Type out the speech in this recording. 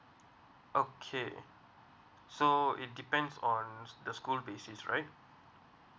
okay so it depends on the school basis right